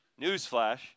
newsflash